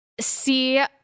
see